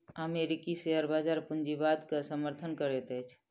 अमेरिकी शेयर बजार पूंजीवाद के समर्थन करैत अछि